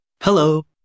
Hello